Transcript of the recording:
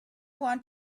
want